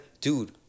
Dude